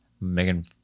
Megan